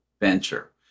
venture